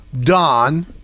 Don